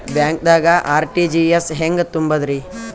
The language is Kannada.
ಬ್ಯಾಂಕ್ದಾಗ ಆರ್.ಟಿ.ಜಿ.ಎಸ್ ಹೆಂಗ್ ತುಂಬಧ್ರಿ?